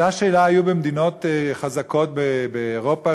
אותה שאלה הייתה במדינות חזקות באירופה,